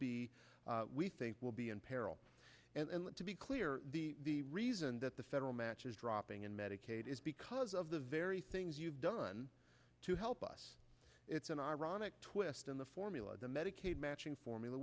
be we think will be in peril and to be clear the reason that the federal match is dropping in medicaid is because of the very things you've done to help us it's an ironic twist in the formula the medicaid matching formula